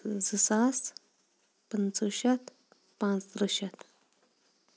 زٕ ساس پٕنٛژٕہہ شَتھ پانٛژ ترہ شَتھ